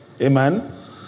Amen